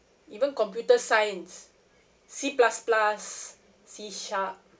even computer science C plus plus C sharp